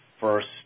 first